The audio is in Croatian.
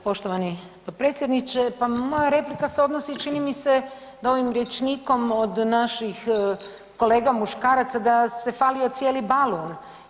Poštovani potpredsjedniče, pa moja replika se odnosi čini mi se da ovim rječnikom od naših kolega muškaraca da se „falio cijeli balun“